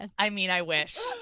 and i mean, i wish.